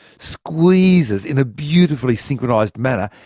squeezes in a beautifully synchronised manner,